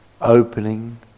opening